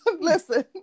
Listen